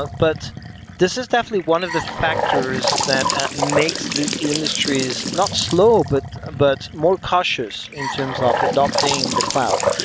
but but this is definitely one of the factors that makes this industry is not slow but but more cautious in terms of adopting the cloud.